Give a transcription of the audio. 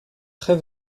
très